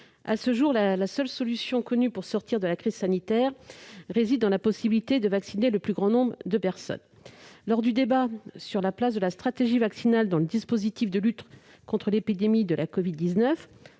À ce jour, la seule solution connue pour sortir de la crise sanitaire réside dans la possibilité de vacciner le plus grand nombre de personnes. Lors du débat sur la place de la stratégie vaccinale dans le dispositif de lutte contre l'épidémie de la covid-19,